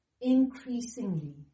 increasingly